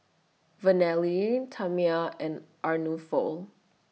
Vernelle Tamia and Arnulfo